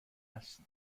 است